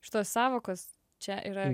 šitos sąvokos čia yra